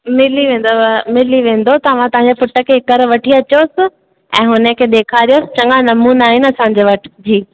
मिली वेंदव मिली वेंदो तव्हां तव्हांजे पुट खे हिकर वठी अचोसि ऐं हुनखे ॾेखारियोसि चङा नमूना आहिनि असांजे वटि जी